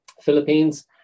Philippines